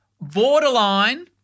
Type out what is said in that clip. Borderline